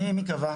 מי, מי קבע?